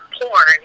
porn